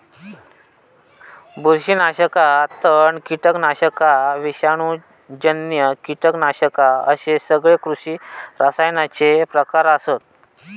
बुरशीनाशका, तण, कीटकनाशका, विषाणूजन्य कीटकनाशका अश्ये सगळे कृषी रसायनांचे प्रकार आसत